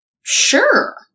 Sure